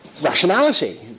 rationality